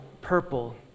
purple